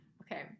Okay